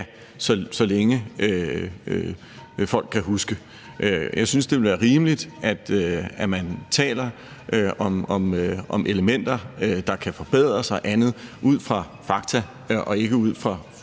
så længe folk kan huske. Jeg synes, det ville være rimeligt, at man taler om elementer, der kan forbedres og andet, ud fra fakta og ikke ud fra